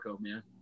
man